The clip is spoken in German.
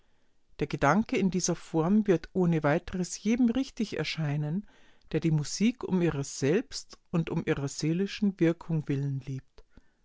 der gedanke in dieser form wird ohne weiteres jedem richtig erscheinen der die musik um ihrer selbst und ihrer seelischen wirkung willen liebt